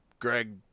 Greg